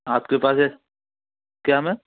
आपके पास है क्या मैम